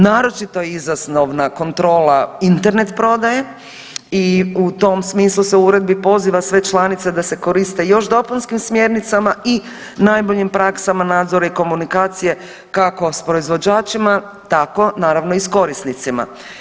Naročito izazovna kontrola Internet prodaje i u tom smislu se u uredbi poziva sve članice da se koriste još dopunskim smjernicama i najboljim praksama nadzora i komunikacije kako s proizvođačima tako naravno i s korisnicima.